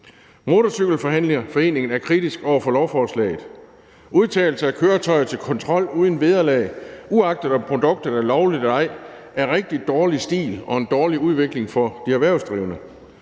Motorcykel Forhandler Foreningen er kritisk over for lovforslaget. Udtagelse af køretøjer til kontrol uden vederlag, uagtet om produktet er lovligt eller ej, er rigtig dårlig stil og en dårlig udvikling for de erhvervsdrivende.